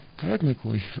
technically